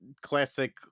classic